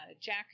Jack